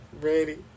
ready